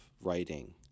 writing